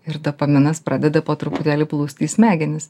ir dopaminas pradeda po truputėlį plūst į smegenis